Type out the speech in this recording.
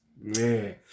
man